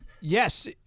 Yes